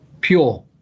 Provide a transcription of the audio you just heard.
pure